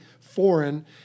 foreign